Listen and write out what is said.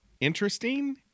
interesting